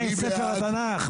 מה עם ספר התנ"ך?